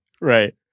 Right